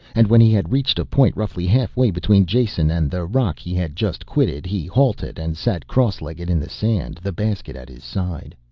and when he had reached a point roughly halfway between jason and the rock he had just quitted he halted and sat crosslegged in the sand, the basket at his side.